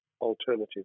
alternative